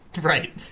Right